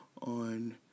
on